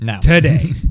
today